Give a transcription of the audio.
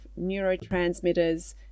neurotransmitters